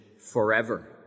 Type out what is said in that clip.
forever